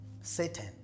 Satan